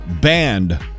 banned